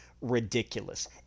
ridiculous